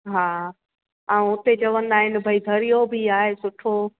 हा ऐं हुते चवंदा आहिनि भाई दरियो बि आहे सुठो